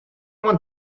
want